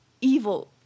evil